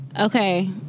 Okay